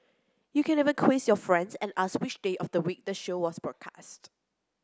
you can even quiz your friends and ask which day of the week the show was broadcast